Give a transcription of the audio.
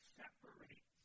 separates